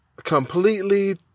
completely